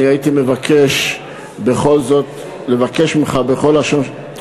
אני הייתי מבקש בכל זאת מבקש ממך בכל לשון,